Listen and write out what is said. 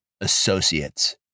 associates